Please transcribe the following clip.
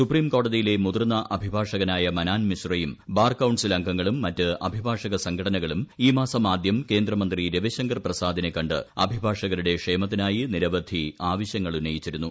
supreme കോടതിയിലെ മുതിർന്ന അഭിഭാഷകനായ മനാൻ മിശ്രയും ബാർ കൌൺസിൽ അംഗങ്ങളും മറ്റ് അഭിഭാഷക സംഘടനകളും ഈ മാസം ആദ്യം കേന്ദ്രമന്ത്രി രവിശങ്കർ പ്രസാദിനെ ക അഭിഭാഷകരുടെ ക്ഷേമത്തിനായി നിരവധി ആവശ്യങ്ങൾ ഉന്നയിച്ചിരുന്നു